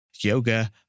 yoga